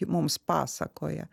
mums pasakoja